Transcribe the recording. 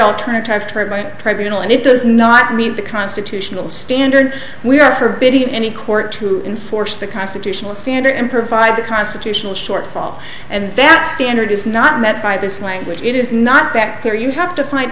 treatment tribunals and it does not meet the constitutional standard we are forbidding any court to enforce the constitutional standard and provide the constitutional shortfall and that standard is not met by this language it is not that there you have to find